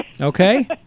okay